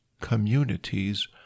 communities